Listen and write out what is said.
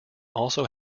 also